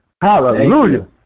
Hallelujah